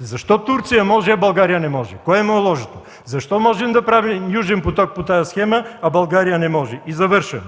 Защо Турция може, а България не може?! Кое наложи това?! Защо може да прави „Южен поток” по тази схема, а България не може?! Завършвам.